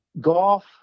golf